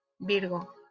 Virgo